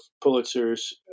Pulitzer's